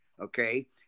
Okay